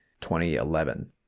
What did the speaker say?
2011